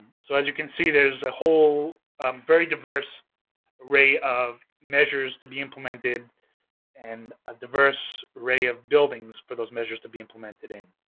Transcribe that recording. so, as you can see, there's a whole very diverse array of measures to be implemented and a diverse array of buildings for those measures to be implemented in.